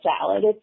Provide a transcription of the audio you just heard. salad